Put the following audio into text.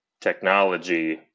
technology